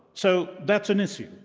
so that's an issue?